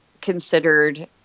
considered